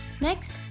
Next